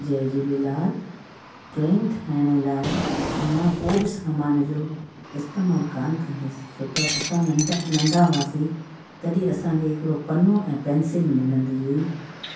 जय Jhulelal drawing ठाहिण लाइ मां को बि सामान जो इस्तेमालु कोन कंदी हुअसि छो त असां नंढ असां नंढा हुआसीं तॾहिं असांखे हिकिड़ो पनो ऐं पेंसिल मिलंदी हुई